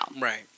right